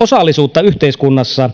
osallisuutta yhteiskunnassa